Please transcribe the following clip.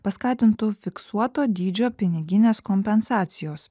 paskatintų fiksuoto dydžio piniginės kompensacijos